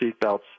seatbelts